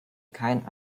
kein